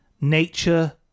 nature